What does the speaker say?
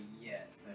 Yes